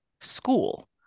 school